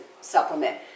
supplement